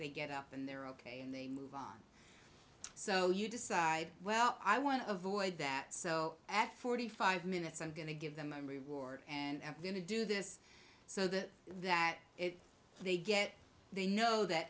they get up and they're ok and they move on so you decide well i want to avoid that so at forty five minutes i'm going to give them a reward and then to do this so that that they get they know that